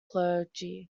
clergy